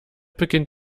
beginnt